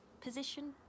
position